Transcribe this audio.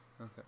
Okay